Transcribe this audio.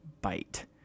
bite